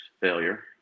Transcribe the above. failure